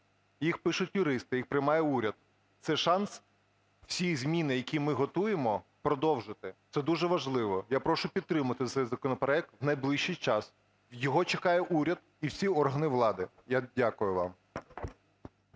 їх пишуть юристи, їх приймає уряд, це шанс всі зміни, які ми готуємо, продовжити, це дуже важливо. Я прошу підтримати цей законопроект в найближчий час, його чекає уряд і всі органи влади. Я дякую вам.